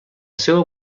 seua